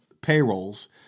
payrolls